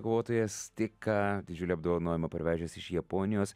kovotojas tik ką didžiulį apdovanojimą parvežęs iš japonijos